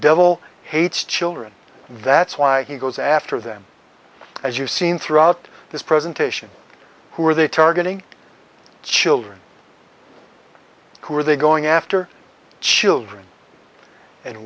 devil hates children that's why he goes after them as you've seen throughout this presentation who are they targeting children who are they going after children and